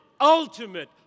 ultimate